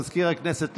מזכיר הכנסת,